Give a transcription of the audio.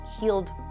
healed